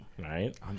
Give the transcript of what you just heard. right